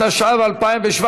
התשע"ז 2017,